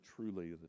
truly